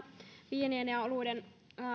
viinien ja oluiden